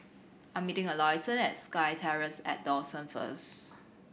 I am meeting Allyson at SkyTerrace at Dawson first